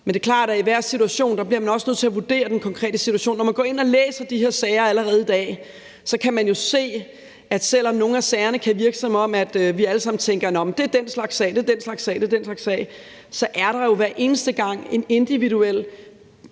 Men det klart, at der bliver man også nødt til at vurdere den konkrete situation hver gang. Når man går ind og læser de her sager, allerede i dag, kan man jo se, at selv om nogle af sagerne kan virke, som om at vi allesammen tænker, at det bare er en bestemt slags sag, så er der hver eneste gang nogle individuelle